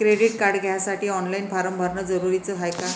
Credit card घ्यासाठी online form भरन जरुरीच हाय का?